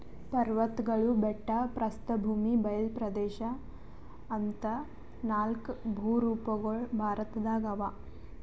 ಪರ್ವತ್ಗಳು ಬೆಟ್ಟ ಪ್ರಸ್ಥಭೂಮಿ ಬಯಲ್ ಪ್ರದೇಶ್ ಅಂತಾ ನಾಲ್ಕ್ ಭೂರೂಪಗೊಳ್ ಭಾರತದಾಗ್ ಅವಾ